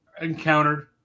encountered